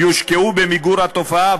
יושקעו במיגור התופעה,